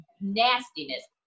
nastiness